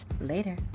Later